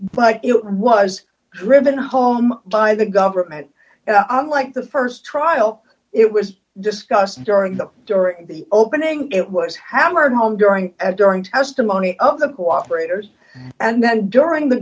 but it was driven home by the government and i'm like the st trial it was discussed during the during the opening it was hammered home during during testimony of the cooperators and then during the